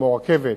כמו רכבת,